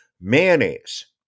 Mayonnaise